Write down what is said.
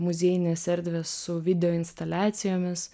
muziejinės erdvės su videoinstaliacijomis